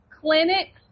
clinic